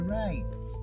right